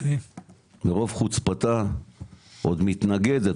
ברוב חוצפתה עוד מתנגדת,